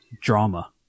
drama